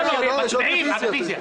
מצביעים על הרוויזיה.